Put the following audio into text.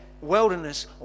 wilderness